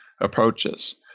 approaches